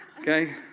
okay